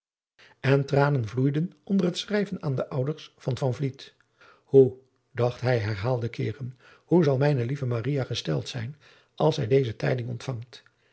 en tranen vloeiden onder het schrijven aan de ouders van van vliet hoe dacht hij herhaalde keeren hoe zal mijne lieve maria gesteld zijn als zij deze tijding ontvangt